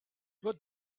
what